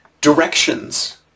directions